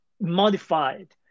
modified